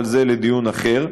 אבל זה לדיון אחר,